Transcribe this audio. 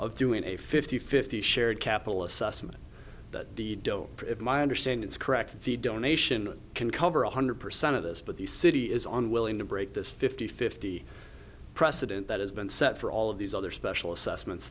of doing a fifty fifty shared capital assessment that the doe my understanding is correct the donation can cover one hundred percent of this but the city is on willing to break this fifty fifty precedent that has been set for all of these other special assessments